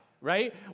right